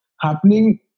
happening